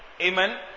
Amen